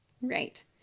Right